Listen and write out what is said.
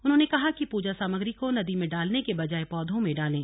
उन्होंने कहा कि प्रजा सामग्री को नदी में डालने के बजाय पौधों में डाले